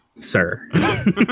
Sir